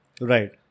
Right